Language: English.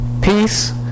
peace